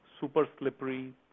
super-slippery